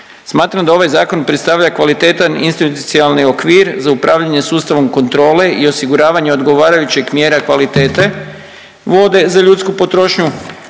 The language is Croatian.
Smatram da ovaj Zakon predstavlja kvalitetan institucionalni okvir za upravljanje sustavom kontrole i osiguravanje odgovarajućeg mjera kvalitete vode za ljudsku potrošnju